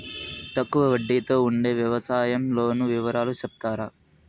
తక్కువ వడ్డీ తో ఉండే వ్యవసాయం లోను వివరాలు సెప్తారా?